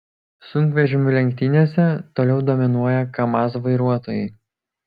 sunkvežimių lenktynėse toliau dominuoja kamaz vairuotojai